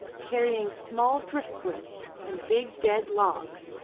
carrying small drift-wood and big dead logs,